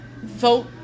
vote